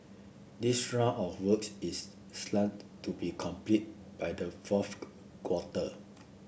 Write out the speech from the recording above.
this round of works is slated to be completed by the fourth quarter